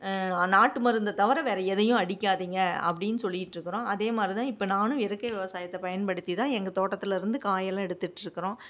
நாட்டு மருந்தை தவிர வேறே எதையும் அடிக்காதிங்க அப்படின்னு சொல்லிட்டிருக்கறோம் அதேமாதிரி தான் இப்போ நானும் இயற்கை விவசாயத்தை பயன்படுத்தி தான் எங்கள் தோட்டத்துலேருந்து காயெல்லாம் எடுத்துட்டிருக்கறோம்